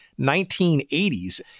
1980s